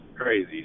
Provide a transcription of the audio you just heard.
crazy